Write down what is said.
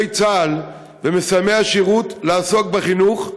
צה"ל ומסיימי השירות לעסוק בחינוך,